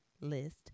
list